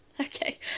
okay